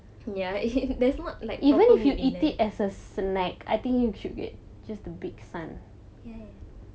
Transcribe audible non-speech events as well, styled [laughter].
ya [laughs] that's not like proper meal eh ya ya